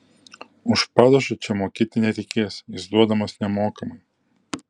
už padažą čia mokėti nereikės jis duodamas nemokamai